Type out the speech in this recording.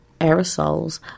aerosols